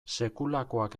sekulakoak